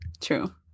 True